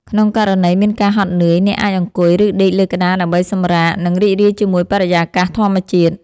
ក្នុងករណីមានការហត់នឿយ អ្នកអាចអង្គុយ ឬដេកលើក្តារដើម្បីសម្រាក និងរីករាយជាមួយបរិយាកាសធម្មជាតិ។